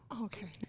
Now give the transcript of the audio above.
Okay